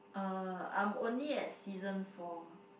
uh I'm only at season four